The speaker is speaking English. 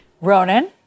ronan